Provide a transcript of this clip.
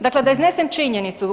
Dakle, da iznesem činjenicu.